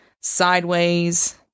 sideways